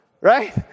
Right